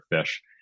fish